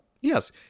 yes